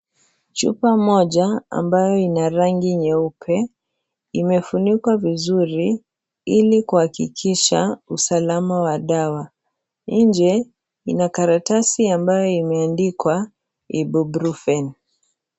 Chupa moja ambayo ina rangi nyeupe imefunikwa vizuri ili kuhakikisha ualama wa dawa . Nje ina karatasi ambayo imeandikwa Ibuprofen.